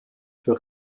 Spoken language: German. für